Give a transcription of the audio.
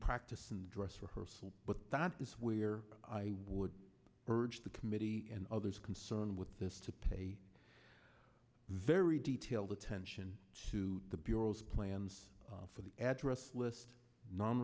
practiced in dress rehearsal but that is where i would urge the committee and others concerned with this to pay very detailed attention to the bureau's plans for the address list non